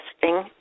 testing